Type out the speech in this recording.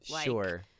Sure